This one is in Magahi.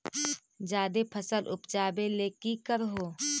जादे फसल उपजाबे ले की कर हो?